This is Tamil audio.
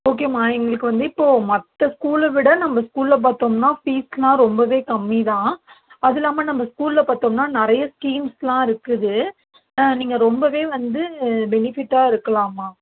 ஓகேமா எங்களுக்கு வந்து இப்போ மற்ற ஸ்கூலை விட நம்ம ஸ்கூலில் பார்த்தோம்னா ஃபீஸ்லாம் ரொம்பவே கம்மிதான் அதுல்லாமல் நம்ம ஸ்கூலில் பார்த்தம்னா நிறைய ஸ்கீம்ஸ்லாம் இருக்குது நீங்கள் ரொம்பவே வந்து பெனிஃபிட்டாக இருக்கலாமா